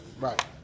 Right